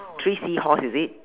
three seahorse is it